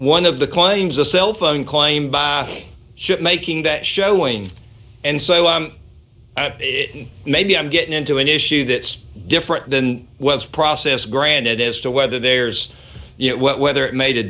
one of the claims a cellphone claim by a ship making that showing and so on maybe i'm getting into an issue that's different than what's process granted as to whether there's you know whether it made a